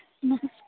ନମସ୍କାର